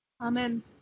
Amen